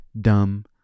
dumb